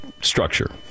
structure